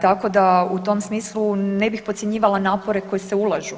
Tako da u tom smislu ne bih podcjenjivala napore koji se ulažu.